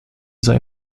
sei